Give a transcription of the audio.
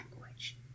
language